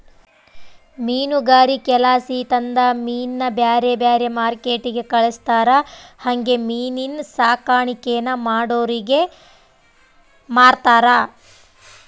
ಮೀನುಗಾರಿಕೆಲಾಸಿ ತಂದ ಮೀನ್ನ ಬ್ಯಾರೆ ಬ್ಯಾರೆ ಮಾರ್ಕೆಟ್ಟಿಗೆ ಕಳಿಸ್ತಾರ ಹಂಗೆ ಮೀನಿನ್ ಸಾಕಾಣಿಕೇನ ಮಾಡೋರಿಗೆ ಮಾರ್ತಾರ